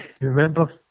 Remember